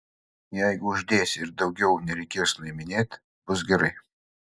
jeigu uždėsi ir daugiau nereikės nuiminėt bus gerai